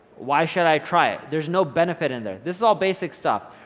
why should i try it, there's no benefit in there. this is all basic stuff,